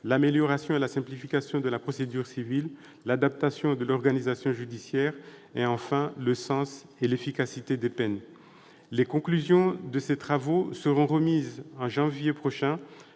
l'amélioration et la simplification de la procédure civile ; l'adaptation de l'organisation judiciaire ; enfin, le sens et l'efficacité des peines. Les conclusions de ces travaux seront remises en janvier prochain